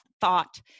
thought